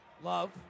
Love